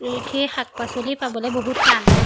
সেই শাক পাচলি পাবলৈ বহুত টান